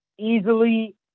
easily